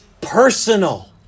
personal